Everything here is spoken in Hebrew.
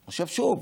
עשרה, עכשיו, שוב,